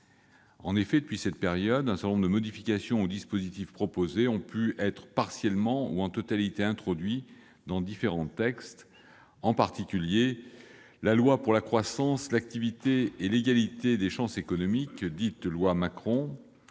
En effet, depuis cette période, un certain nombre de modifications ou dispositifs proposés ont pu être partiellement ou en totalité introduits dans différents textes, en particulier la loi du 6 août 2015 pour la croissance, l'activité et l'égalité des chances économiques, dite loi Macron,